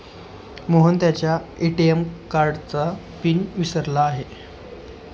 मोहन त्याच्या ए.टी.एम कार्डचा पिन विसरला आहे